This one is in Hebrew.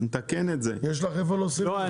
יש לך איפה להוסיף את זה?